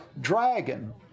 dragon